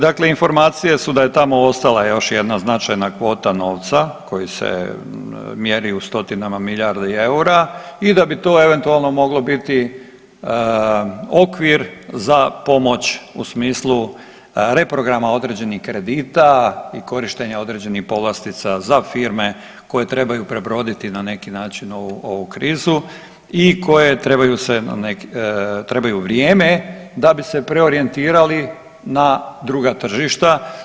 Dakle, informacije su da je tamo ostala još jedna značajna kvota novca koji se mjeri u stotinama milijardi eura i da bi to eventualno moglo biti okvir za pomoć u smislu reprograma određenih kredita i korištenja određenih povlastica za firme koje trebaju prebroditi na neki način ovu krizu i koje trebaju se, trebaju vrijeme da bi se preorijentirali na druga tržišta.